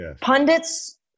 pundits